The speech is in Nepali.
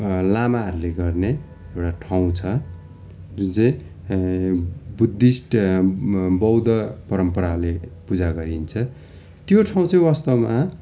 लामाहरूले गर्ने एउटा ठाउँ छ जुन चाहिँ बुद्धिस्ट बौद्ध परम्पराले पूजा गरिन्छ त्यो ठाउँ चाहिँ वास्तवमा